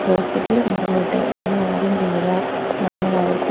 ഹോസ്പിറ്റലിൽ കൊണ്ടു പോയിട്ട് നമ്മളാദ്യം ചെയ്യുക നമ്മളവർക്ക്